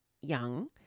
Young